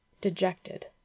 dejected